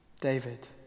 David